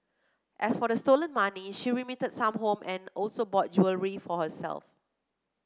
as for the stolen money she remitted some home and also bought jewellery for herself